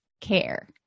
care